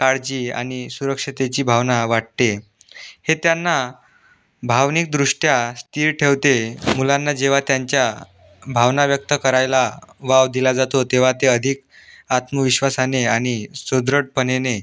काळजी आणि सुरक्षतेची भावना वाटते हे त्यांना भावनिकदृष्ट्या स्थिर ठेवते मुलांना जेव्हा त्यांच्या भावना व्यक्त करायला वाव दिला जातो तेव्हा ते अधिक आत्मविश्वासाने आणि सुदृढपणाने